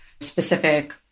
specific